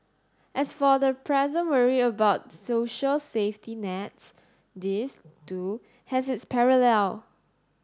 as for the present worry about social safety nets this too has its parallel